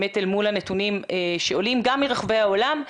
מול הנתונים שעולים גם מרחבי העולם,